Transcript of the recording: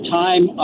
time